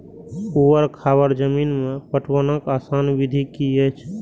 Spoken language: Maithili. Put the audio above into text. ऊवर खावर जमीन में पटवनक आसान विधि की अछि?